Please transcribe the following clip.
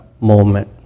moment